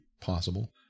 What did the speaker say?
possible